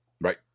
Right